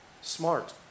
smart